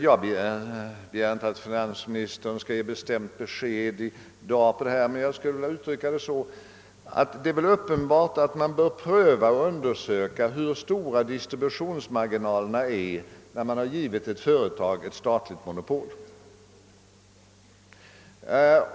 Jag begär inte att finansministern skall ge bestämt besked i dag i detta avseende, men jag skulle vilja uttrycka det på följande sätt: Det är väl uppenbart att man bör pröva och undersöka hur stor marginalen på distributionen faktiskt är, när man har givit ett företag ett statligt monopol.